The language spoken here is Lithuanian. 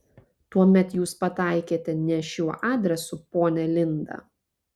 tuomet jūs pataikėte ne šiuo adresu ponia linda